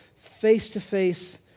face-to-face